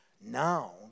Now